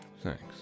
Thanks